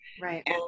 right